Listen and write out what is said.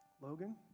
Logan